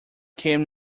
came